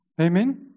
Amen